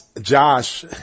Josh